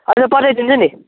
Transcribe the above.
हजुर पठाइदिन्छु नि